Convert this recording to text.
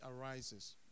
arises